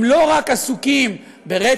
הם לא רק עסוקים ברצח,